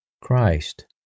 Christ